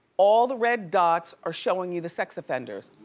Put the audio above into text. all the red dots are showin' you the sex offenders.